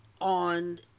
on